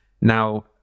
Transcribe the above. now